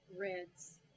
reds